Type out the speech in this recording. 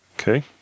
Okay